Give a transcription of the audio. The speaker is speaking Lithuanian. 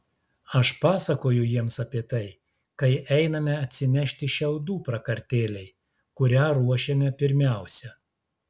aš pasakoju jiems apie tai kai einame atsinešti šiaudų prakartėlei kurią ruošiame pirmiausia